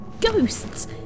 Ghosts